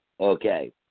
Okay